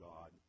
God